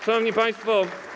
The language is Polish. Szanowni Państwo!